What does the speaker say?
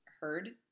heard